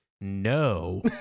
no